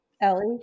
Ellie